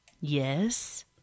Yes